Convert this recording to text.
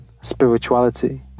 spirituality